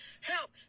help